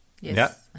Yes